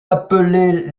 appelés